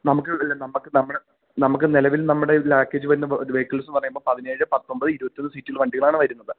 നമുക്ക് നമുക്ക് നമ്മുടെ നമുക്ക് നിലവിൽ നമ്മുടെ പാക്കേജില് വരുന്ന വെഹിക്കിൾസെന്ന് പറയുമ്പോള് പതിനേഴ് പത്തൊമ്പത് ഇരുപത്തിയൊന്ന് സീറ്റുള്ള വണ്ടികളാണ് വരുന്നത്